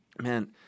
man